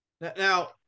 Now